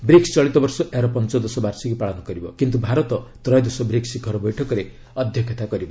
BRICS ଚଳିତ ବର୍ଷ ଏହାର ପଞ୍ଚଦଶ ବାର୍ଷିକୀ ପାଳନ କରିବ କିନ୍ତୁ ଭାରତ ତ୍ରୟୋଦଶ ବ୍ରିକ୍ସ ଶିଖର ବୈଠକରେ ଅଧ୍ୟକ୍ଷତା କରିବ